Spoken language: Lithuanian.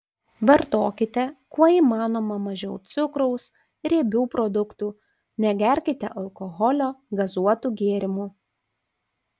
vartokite kuo įmanoma mažiau cukraus riebių produktų negerkite alkoholio gazuotų gėrimų